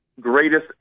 greatest